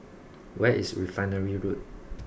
where is Refinery Road